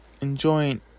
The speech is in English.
enjoying